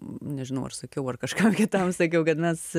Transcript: nežinau ar sakiau ar kažkam kitam sakiau kad mes